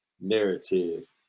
narrative